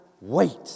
wait